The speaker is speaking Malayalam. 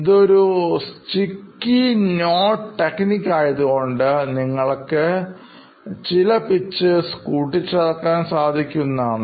ഇതൊരു സ്റ്റിക്കി നോട്ട് ടെക്നിക് ആയതുകൊണ്ട് നിങ്ങൾക്ക് ചില pictures കൂടിചേർക്കാൻ സാധിക്കുന്നതാണ്